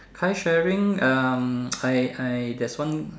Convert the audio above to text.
car sharing um I I there's one